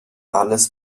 alles